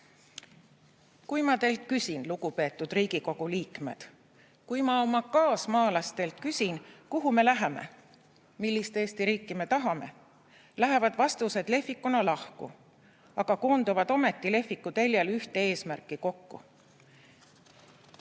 kui ma teilt küsin, lugupeetud riigikogu liikmed; kui ma oma kaasmaalastelt küsin, kuhu me läheme, millist Eesti riiki me tahame, lähevad vastused lehvikuna lahku, aga koonduvad ometi lehviku teljel ühte eesmärki kokku: